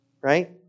Right